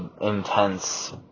intense